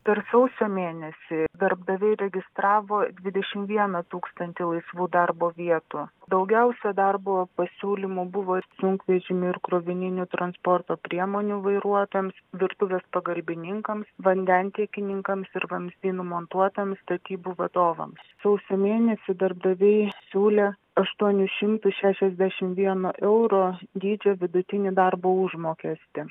per sausio mėnesį darbdaviai registravo dvidešimt vieną tūkstantį laisvų darbo vietų daugiausia darbo pasiūlymų buvo ir sunkvežimių ir krovininių transporto priemonių vairuotojams virtuvės pagalbininkams vandentiekininkams ir vamzdynų montuotojams statybų vadovams sausio mėnesį darbdaviai siūlė aštuoni šimtai šešiasdešimt vieno euro dydžio vidutinį darbo užmokestį